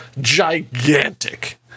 gigantic